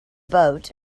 boat